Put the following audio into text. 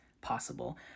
possible